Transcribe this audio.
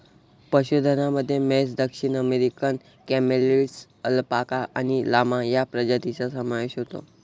पशुधनामध्ये म्हैस, दक्षिण अमेरिकन कॅमेलिड्स, अल्पाका आणि लामा या प्रजातींचा समावेश होतो